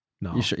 no